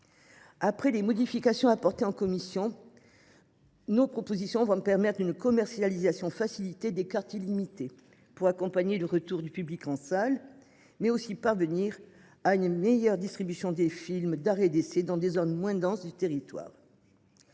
Après les modifications apportées en commission, ce texte va permettre une commercialisation facilitée des cartes illimitées pour accompagner le retour du public en salle, mais aussi pour parvenir à une meilleure distribution des films d’art et d’essai dans des zones moins denses du territoire.